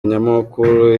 nyamukuru